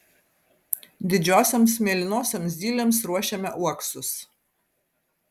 didžiosioms mėlynosioms zylėms ruošiame uoksus